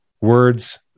words